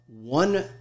one